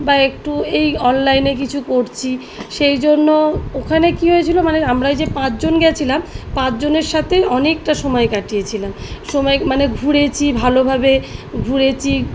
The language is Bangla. বা একটু এই অনলাইনে কিছু করছি সেই জন্য ওখানে কী হয়েছিলো মানে আমরা যে পাঁচজন গেছিলাম পাঁচজনের সাথেই অনেকটা সময় কাটিয়েছিলাম সবাই মানে ঘুরেছি ভালোভাবে ঘুরেছি